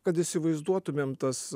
kad įsivaizduotumėm tas